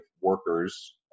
workers